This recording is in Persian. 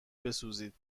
بسوزید